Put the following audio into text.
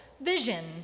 vision